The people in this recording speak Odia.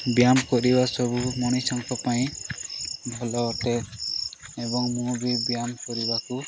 ବ୍ୟାୟାମ କରିବା ସବୁ ମଣିଷଙ୍କ ପାଇଁ ଭଲ ଅଟେ ଏବଂ ମୁଁ ବି ବ୍ୟାୟାମ କରିବାକୁ